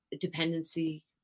dependency